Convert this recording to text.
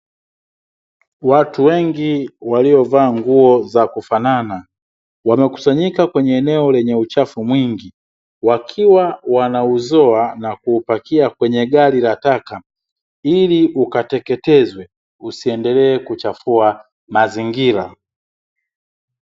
Watu wengi waliovaa nguo za kufanana, wamekusanyika kwenye eneo lenye uchafu mwingi, wakiwa wanauzoa na kuupakia kwenye gari la taka, ili ukateketezwe usiendelee kuchafua mazingira.